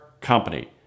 company